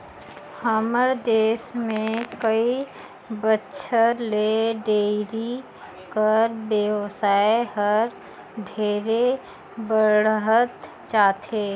हमर देस में कई बच्छर ले डेयरी कर बेवसाय हर ढेरे बढ़हत जाथे